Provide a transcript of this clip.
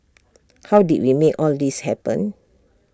how did we make all this happen